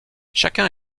chacun